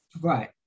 Right